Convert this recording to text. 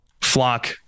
flock